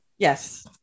Yes